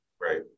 Right